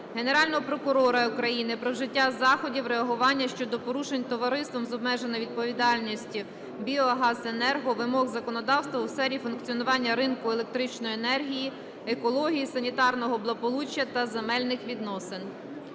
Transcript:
Генерального прокурора України про вжиття заходів реагування щодо порушень товариством з обмеженою відповідальністю "Біогазенерго" вимог законодавства у сфері функціонування ринку електричної енергії, екології, санітарного благополуччя та земельних відносин.